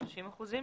30 אחוזים,